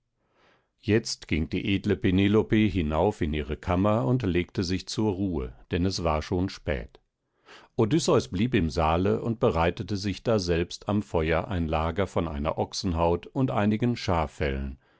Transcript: jetzt ging die edle penelope hinauf in ihre kammer und legte sich zur ruhe denn es war schon spät odysseus blieb im saale und bereitete sich daselbst am feuer ein lager von einer ochsenhaut und einigen schaffellen